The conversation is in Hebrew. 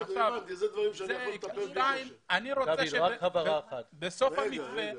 בסוף המתווה,